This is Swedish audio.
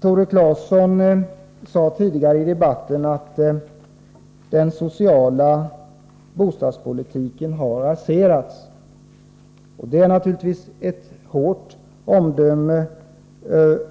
Tore Claeson sade tidigare i debatten att den sociala bostadspolitiken raserats. Det är naturligtvis ett hårt omdöme